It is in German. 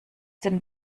den